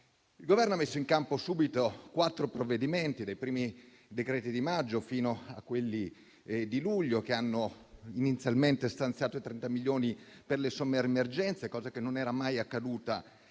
Il Governo ha messo in campo subito quattro provvedimenti, dai primi decreti di maggio fino a quelli di luglio, che hanno inizialmente stanziato 30 milioni per le somme urgenze, cosa che non era mai accaduta in